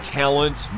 talent